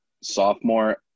Sophomore